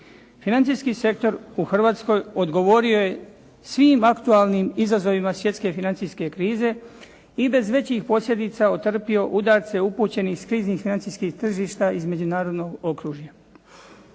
Financijski sektor u Hrvatskoj odgovorio je svim aktualnim izazovima svjetske financijske krize i bez većih posljedica otrpio udarce upućene iz kriznih financijskih tržišta iz međunarodnog okružja.